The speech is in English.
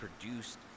produced